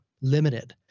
limited